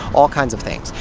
all kinds of things.